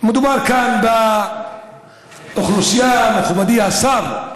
מדובר כאן באוכלוסייה, מכובדי השר,